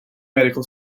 medical